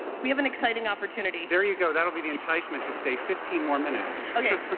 we have an exciting opportunity. there you go, that will be the enticement to stay fifteen more minutes. okay,